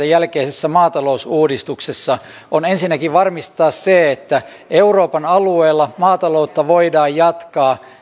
jälkeisessä maatalousuudistuksessa on ensinnäkin varmistaa se että euroopan alueella maataloutta voidaan jatkaa